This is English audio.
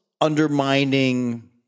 undermining